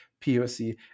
POC